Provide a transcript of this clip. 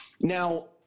Now